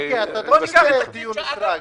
אתם מבינים שזה דיון סרק.